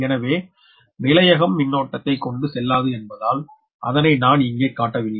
எனவே நிலையகம் மின்னோட்டத்தை கொண்டு செல்லாது என்பதால் அதனை நான் இங்கே காட்டவில்லை